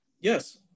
Yes